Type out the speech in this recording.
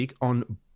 on